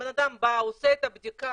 בן אדם בא, עושה את הבדיקה,